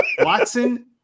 Watson